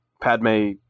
Padme